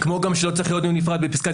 כמו גם שלא צריך להיות בנפרד בפסקת